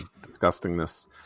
disgustingness